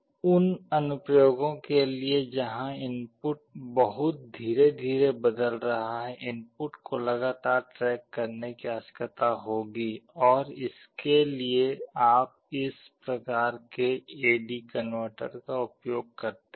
उन अनुप्रयोगों के लिए जहां इनपुट बहुत धीरे धीरे बदल रहा है इनपुट को लगातार ट्रैक करने की आवश्यकता होगी और इसके लिए आप इस प्रकार के एडी कनवर्टर का उपयोग करते हैं